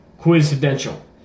coincidental